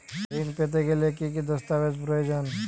ঋণ পেতে গেলে কি কি দস্তাবেজ প্রয়োজন?